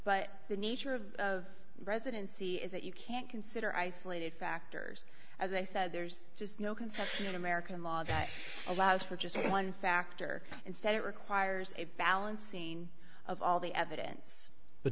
but the nature of residency is that you can't consider isolated factors as i said there's just no consent in american law that allows for just one factor instead it requires a balancing of all the evidence but